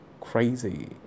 crazy